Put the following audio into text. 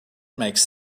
makes